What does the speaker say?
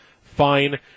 fine